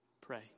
pray